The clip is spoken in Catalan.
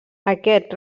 aquest